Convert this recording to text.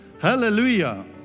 hallelujah